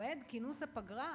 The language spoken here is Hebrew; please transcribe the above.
מועד כינוס הפגרה,